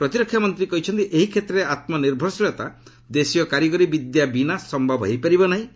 ପ୍ରତିରକ୍ଷା ମନ୍ତ୍ରୀ କହିଛନ୍ତି ଏହି କ୍ଷେତ୍ରରେ ଆତ୍କନିର୍ଭରଶୀଳତା ଦେଶୀୟ କାରିଗରି ବିଦ୍ୟା ବିନା ସମ୍ଭବ ହୋଇପାରିବ ନାହିଁ